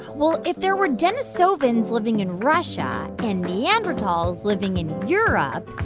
well, if there were denisovans living in russia, and neanderthals living in europe,